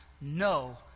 no